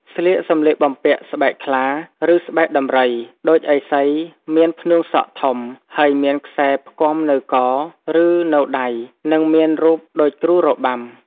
ស្លៀកសម្លៀកបំពាក់ស្បែកខ្លា ឬស្បែកដំរី ដូចឥសីមាន ផ្នួងសក់ធំ ហើយមានខ្សែផ្គាំនៅក ឬនៅដៃ និងមានរូបដូចគ្រូរបាំ។។